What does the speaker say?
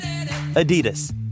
Adidas